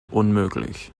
unmöglich